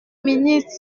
ministre